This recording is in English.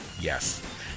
Yes